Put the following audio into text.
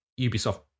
Ubisoft